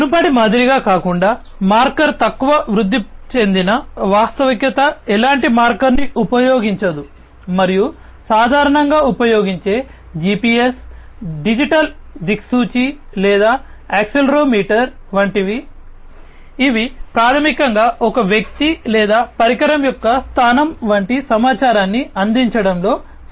మునుపటి మాదిరిగా కాకుండా మార్కర్ తక్కువ వృద్ధి చెందిన వాస్తవికత ఎలాంటి మార్కర్ను ఉపయోగించదు మరియు సాధారణంగా ఉపయోగించే GPS డిజిటల్ దిక్సూచి లేదా యాక్సిలెరోమీటర్ వంటివి ఇవి ప్రాథమికంగా ఒక వ్యక్తి లేదా పరికరం యొక్క స్థానం వంటి సమాచారాన్ని అందించడంలో సహాయపడతాయి